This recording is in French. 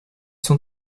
sont